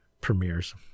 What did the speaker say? premieres